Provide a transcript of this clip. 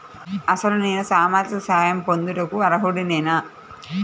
అసలు నేను సామాజిక సహాయం పొందుటకు అర్హుడనేన?